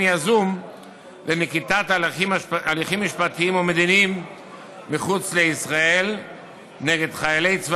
יזום לנקיטת הליכים משפטיים או מדיניים מחוץ לישראל נגד חיילי צבא